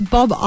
Bob